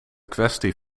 kwestie